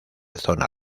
zona